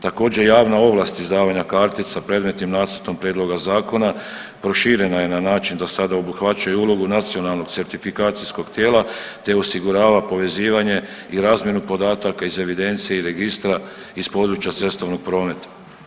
Također, javna ovlast izdavanja kartica predmetnim nacrtom prijedlog Zakona proširena je na način da sada obuhvaćaju ulogu nacionalnog certifikacijskog tijela te osigurava povezivanje i razmjenu podataka iz evidencije i registra iz područja cestovnog prometa.